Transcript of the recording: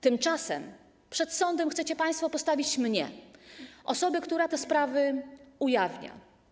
Tymczasem przed sądem chcecie państwo postawić mnie, osobę, która te sprawy ujawnia.